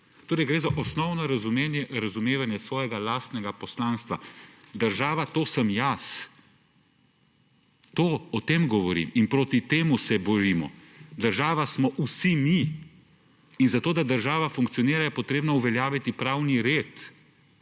Torej gre za osnovno razumevanje svojega lastnega poslanstva – država, to sem jaz. O tem govorimo in proti temu se borimo. Država smo vsi mi. In zato, da država funkcionira, je potrebno uveljaviti pravni red.